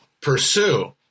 pursue